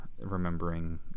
remembering